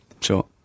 Sure